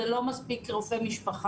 זה לא מספיק רופא משפחה.